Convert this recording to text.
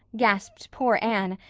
gasped poor anne,